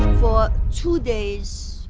for two days,